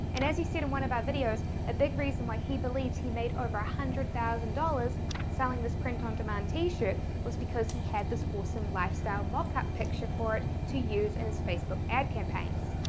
and as he said in one of our videos a big reason why he believes he made over a hundred thousand dollars selling this print-on-demand t-shirt was because he had this awesome lifestyle markup picture for it to use in his facebook ad campaigns.